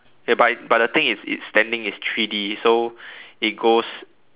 but but the thing is it's standing is three D so it goes